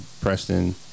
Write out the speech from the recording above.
Preston